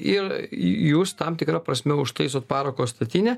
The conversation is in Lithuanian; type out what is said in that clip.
ir jūs tam tikra prasme užtaist parako statinę